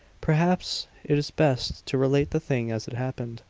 perhaps it is best to relate the thing as it happened,